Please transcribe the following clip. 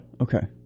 Okay